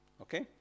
Okay